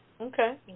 Okay